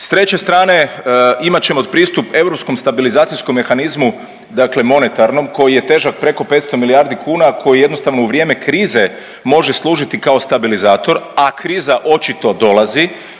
S treće strane imat ćemo pristup europskom stabilizacijskom mehanizmu dakle monetarnom koji je težak preko 500 milijardi kuna, koji jednostavno u vrijeme krize može služiti kao stabilizator, a kriza očito dolazi